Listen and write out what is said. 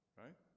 right